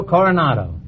Coronado